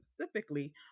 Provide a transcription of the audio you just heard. specifically